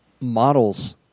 models